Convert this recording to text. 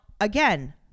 again